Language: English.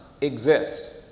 exist